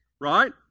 right